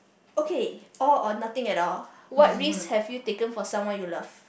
okay all or nothing at all what risk have you taken for someone you love